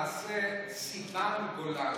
נעשה סיוון גולן.